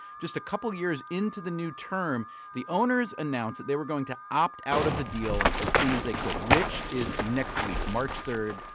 just a couple of years into the new term, the owners announced that they were going to opt out of the deal as soon as they could, which is next week march three,